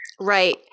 Right